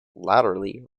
latterly